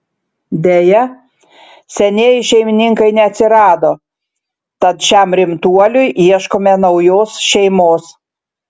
deja senieji šeimininkai neatsirado tad šiam rimtuoliui ieškome naujos šeimos